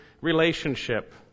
relationship